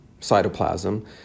cytoplasm